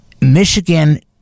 Michigan